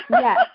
Yes